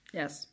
Yes